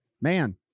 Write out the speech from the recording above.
Man